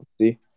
see